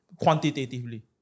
quantitatively